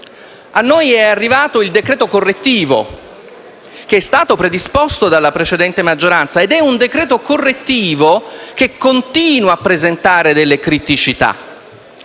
A noi è arrivato il decreto correttivo che è stato predisposto dalla precedente maggioranza, ma esso continua a presentare delle criticità.